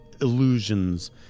illusions